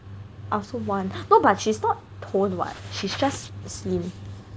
I also want no but she's not toned what she's just slim